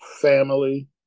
family